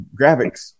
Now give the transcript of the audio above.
graphics